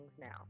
now